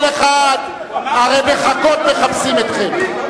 כל אחד, הרי בחכות מחפשים אתכם.